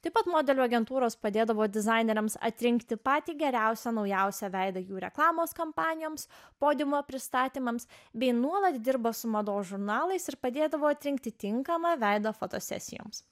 taip pat modelių agentūros padėdavo dizaineriams atrinkti patį geriausią naujausią veidą jų reklamos kampanijoms podiumo pristatymams bei nuolat dirba su mados žurnalais ir padėdavo atrinkti tinkamą veidą fotosesijoms